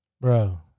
Bro